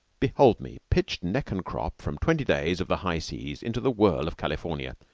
behold me pitched neck-and-crop from twenty days of the high seas into the whirl of california,